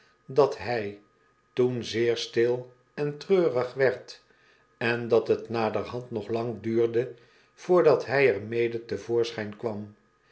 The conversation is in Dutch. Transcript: dat hy toen zeer stil en treurig werd en dat het naderhand nog lang duurde voordat hij er mede te voorschyn kwam